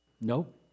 Nope